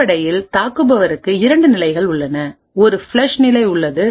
அடிப்படையில் தாக்குபவருக்கு 2 நிலைகள் உள்ளன ஒரு ஃப்ளஷ் நிலை உள்ளது